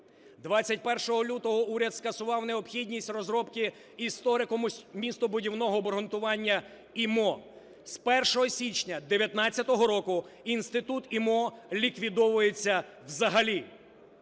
21 лютого уряд скасував необхідність розробки історико-містобудівного обґрунтування (ІМО). З 1 січня 19-го року інститут ІМО ліквідовується взагалі.